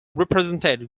represented